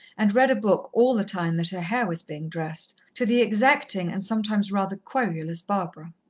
and read a book all the time that her hair was being dressed, to the exacting and sometimes rather querulous barbara.